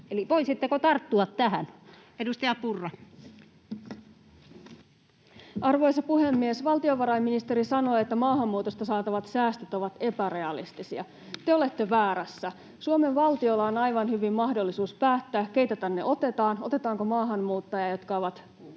Time: 14:58 Content: Arvoisa puhemies! Valtiovarainministeri sanoi, että maahanmuutosta saatavat säästöt ovat epärealistisia. Te olette väärässä. Suomen valtiolla on aivan hyvin mahdollisuus päättää, keitä tänne otetaan, otetaanko maahanmuuttajia, jotka ovat